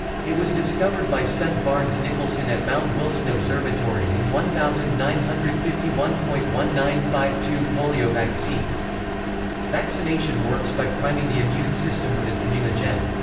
it was discovered by seth barnes nicholson at mount wilson observatory in one thousand nine hundred and fifty one point one nine five two polio vaccine vaccination works by priming the immune system with an immunogen.